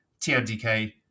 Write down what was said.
TMDK